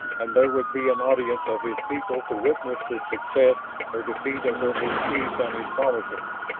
and there would be an audience of his people to witness the success or defeat of their new chief and his policies.